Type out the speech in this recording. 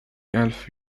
ألف